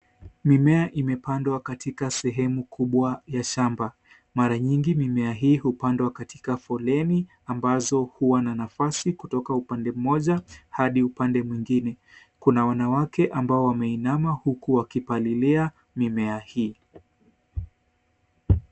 Mimea imepandwa katika sehemu kubwa ya shamba. Mara nyingi, mimea hii hupandwa katika foleni ambazo huwa na nafasi kutoka upande mmoja hadi upande mwingine. Kuna wanawake ambao wameinama huku wakipalilia mimea hii.